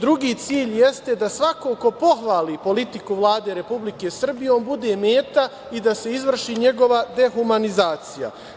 Drugi cilj jeste da svako ko pohvali politiku Vlade Republike Srbije on bude meta i da se izvrši njegova dehumanizacija.